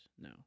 no